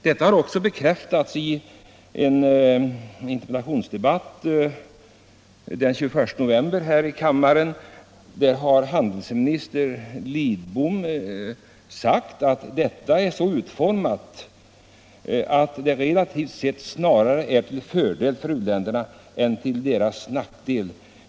Detta har också bekräftats i en interpellationsdebatt här i kammaren den 21 november, där handelsminister Lidbom sade om importbegräns ningsförslaget: ”Detta är så utformat att det, relativt sett, snarare är till fördel för u-länderna än till deras nackdel.